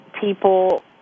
people